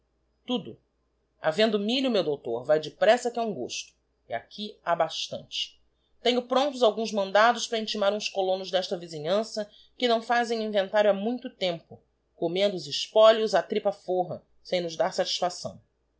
tudo havendo milho meu doutor vae depressa que é um gosto e aqui ha bastante tenho promptos alguns mandados para intimar uns colonos d'esta vizinhança que não fazem inventario ha muito tempo comendo os espólios á tripa forra sem nos dar satisfacção